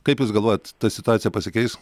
kaip jūs galvojat ta situacija pasikeis